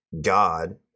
God